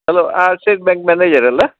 hello state bank manager ಅಲ್ಲ